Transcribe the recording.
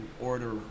order